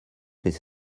paie